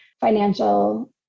financial